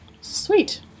Sweet